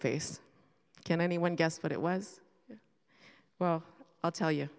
face can anyone guess what it was well i'll tell y